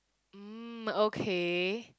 mm okay